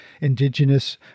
indigenous